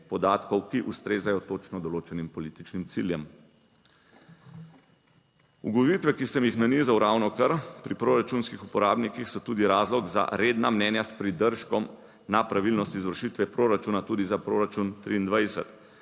ki ustrezajo točno določenim političnim ciljem. Ugotovitve, ki sem jih nanizal ravnokar pri proračunskih uporabnikih, so tudi razlog za redna mnenja s pridržkom na pravilnost izvršitve proračuna tudi za proračun 2023.